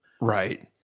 right